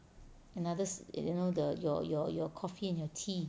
another you know the your your your coffee and your tea